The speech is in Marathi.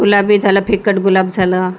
गुलाबी झालं फिकट गुलाब झालं